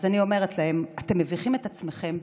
אז אני אומרת להם: אתם מביכים את עצמכם,